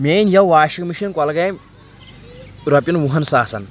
مےٚ أنۍ یَوٕ واشنٛگ مِشیٖن کۄلگامہِ رۄپیَن وُہَن ساسَن